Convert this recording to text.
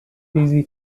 easy